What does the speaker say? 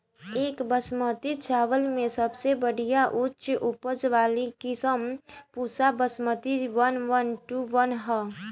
एक बासमती चावल में सबसे बढ़िया उच्च उपज वाली किस्म Pusa Basmati one one two one ह?